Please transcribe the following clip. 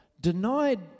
denied